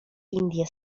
indie